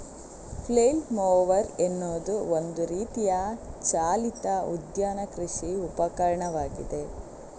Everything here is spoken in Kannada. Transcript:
ಫ್ಲೇಲ್ ಮೊವರ್ ಎನ್ನುವುದು ಒಂದು ರೀತಿಯ ಚಾಲಿತ ಉದ್ಯಾನ ಕೃಷಿ ಉಪಕರಣವಾಗಿದೆ